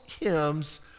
hymns